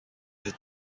had